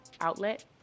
outlet